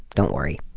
don't worry.